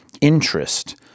interest